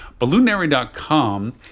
Balloonary.com